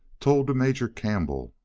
told to major campbell,